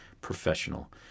professional